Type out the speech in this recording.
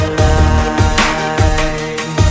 life